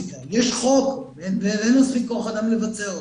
יש חוק ואין מספיק כוח אדם לבצע אותו,